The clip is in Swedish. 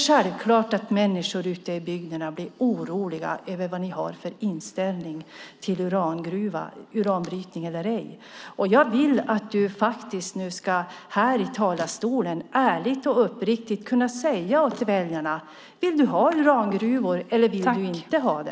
Självklart blir människor ute i bygderna oroliga över den inställningen, alltså om det ska förekomma uranbrytning eller ej. Jag vill att Carl B Hamilton från talarstolen ärligt och uppriktigt förklarar för väljarna om han vill ha urangruvor eller inte.